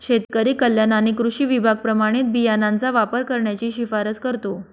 शेतकरी कल्याण आणि कृषी विभाग प्रमाणित बियाणांचा वापर करण्याची शिफारस करतो